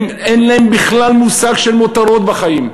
אין להם בכלל מושג של מותרות בחיים.